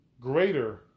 greater